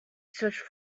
searched